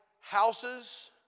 houses